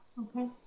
Okay